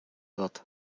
wird